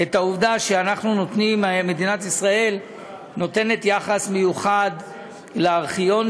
גם את העובדה שמדינת ישראל נותנת יחס מיוחד לארכיונים,